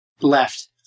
Left